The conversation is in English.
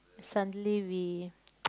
suddenly we